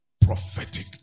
prophetic